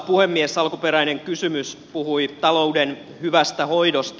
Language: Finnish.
alkuperäinen kysymys puhui talouden hyvästä hoidosta